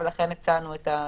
ולכן הצענו את ההצעה.